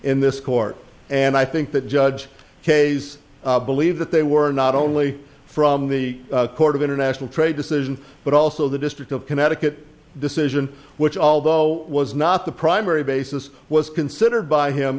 in this court and i think that judge case believe that they were not only from the court of international trade decision but also the district of connecticut decision which although was not the primary basis was considered by him